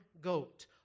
goat